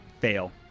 Fail